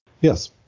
Yes